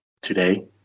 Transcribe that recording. today